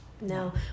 No